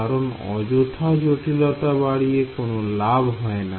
কারণ অযথা জটিলতা বাড়িয়ে কোন লাভ হবে না